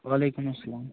وعلیکُم السلام